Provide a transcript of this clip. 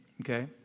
okay